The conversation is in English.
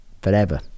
forever